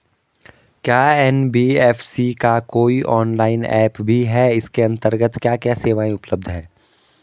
क्या एन.बी.एफ.सी का कोई ऑनलाइन ऐप भी है इसके अन्तर्गत क्या क्या सेवाएँ उपलब्ध हैं?